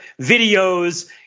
videos